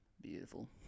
beautiful